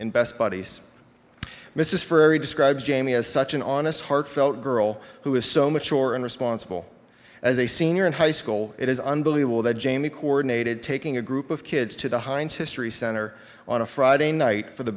in best buddies this is very describes jamie as such an honest heartfelt girl who is so mature and responsible as a senior in high school it is unbelievable that jamie coordinated taking a group of kids to the heinz history center on a friday night for the